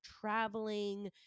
traveling